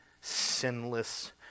sinless